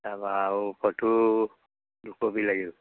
তাৰপৰা আৰু ফটো দুকপি লাগিব